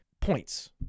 points